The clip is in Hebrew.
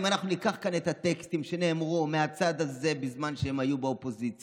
אם אנחנו ניקח כאן את הטקסטים שנאמרו מהצד הזה בזמן שהם היו באופוזיציה,